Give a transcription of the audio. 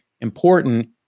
important